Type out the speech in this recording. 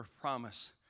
promise